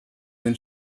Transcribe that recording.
been